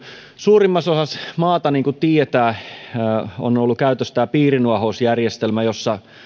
suurimmassa osassa maata niin kuin tiedämme on ollut käytössä piirinuohousjärjestelmä jossa